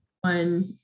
one